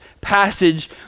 passage